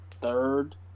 third